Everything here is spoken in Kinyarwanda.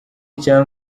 icya